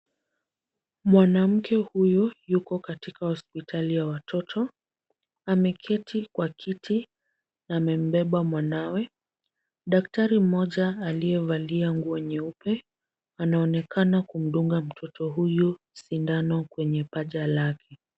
Mwanamke huyu yuko katika hospitali ya watoto. Ameketi kwa kiti na amembeba mwanawe. Daktari mmoja aliyevalia nguo nyeupe anaonekana kumdunga mtoto huyu sindano kwenye paja lake.